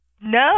No